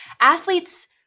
athletes